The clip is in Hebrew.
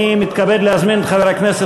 לוועדה,